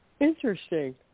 Interesting